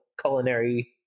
culinary